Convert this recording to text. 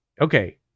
okay